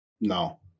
No